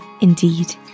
indeed